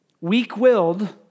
Weak-willed